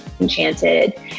Enchanted